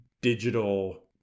digital